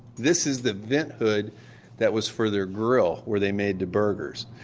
this is the vent hood that was for their grill where they made the burgers,